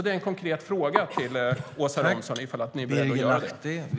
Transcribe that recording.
En konkret fråga till Åsa Romson är ifall ni är beredda att göra det.